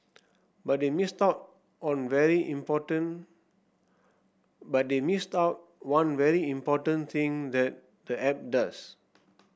but they missed out on very important but they missed out one very important thing that the app does